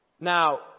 Now